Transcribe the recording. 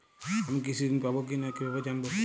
আমি কৃষি ঋণ পাবো কি না কিভাবে জানবো?